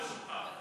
שותפה.